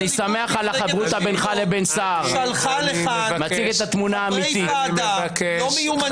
סיעת הליכוד שלחה לכאן חברי ועדה לא מיומנים.